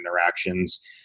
interactions